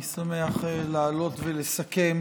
אני שמח לעלות ולסכם